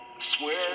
Swear